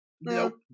Nope